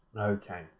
Okay